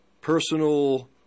personal